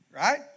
Right